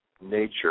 nature